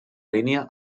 línia